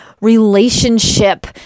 relationship